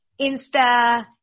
Insta